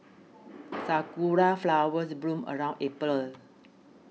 sakura flowers bloom around April